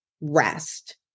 rest